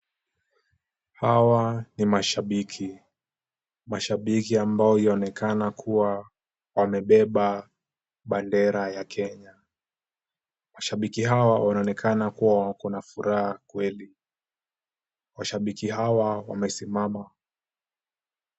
Hawa ni mashabiki. Mashabiki ambao yaonekana kuwa wamebeba bendera ya Kenya. Mashabiki hawa wanaonekana kuwa wako na furaha kweli. Mashabiki hawa wamesimama.